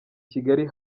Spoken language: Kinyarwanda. kigali